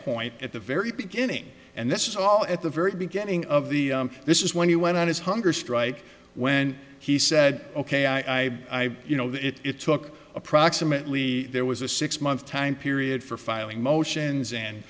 point at the very beginning and this is all at the very beginning of the this is when he went on his hunger strike when he said ok i you know it took approximately there was a six month time period for filing motions and